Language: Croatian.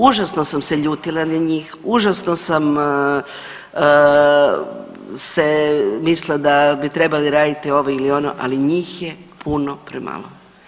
Užasno sam se ljutila na njih, užasno sam se, mislila da bi trebali raditi ovo ili ono, ali njih je puno premalo.